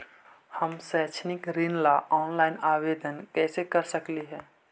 हम शैक्षिक ऋण ला ऑनलाइन आवेदन कैसे कर सकली हे?